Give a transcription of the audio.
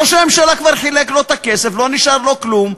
ראש הממשלה כבר חילק לו את הכסף, לא נשאר לו כלום.